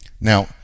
Now